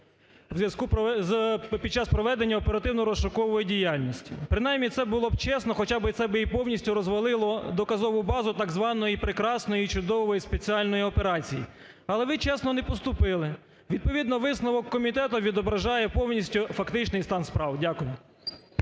КПК під час проведення оперативно-розшукової діяльності. Принаймні, це було би чесно, хоча це би і повністю розвалило доказову базу так званої "прекрасної і чудової спеціальної операції". Але ви чесно не поступили. Відповідно, висновок комітету відображає повністю фактичний стан справ. Дякую.